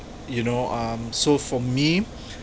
you know um so for me